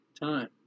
time